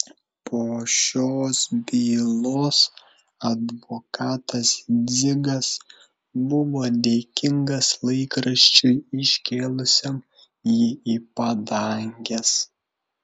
po šios bylos advokatas dzigas buvo dėkingas laikraščiui iškėlusiam jį į padanges